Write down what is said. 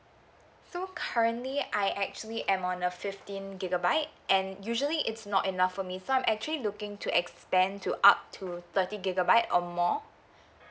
so currently I actually and on a fifteen gigabyte and usually it's not enough for me so I'm actually looking to expand to up to thirty gigabyte or more